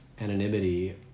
anonymity